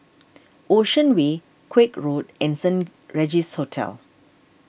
Ocean Way Koek Road and Saint Regis Hotel